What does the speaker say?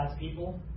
people